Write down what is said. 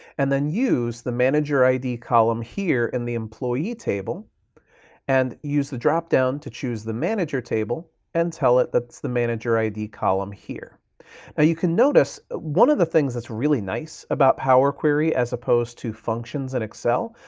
and then use the manager id column here in the employee table and use the dropdown to choose the manager table and tell it that's the manager id column here. and you can notice, one of the things that's really nice about power query as opposed to functions in excel,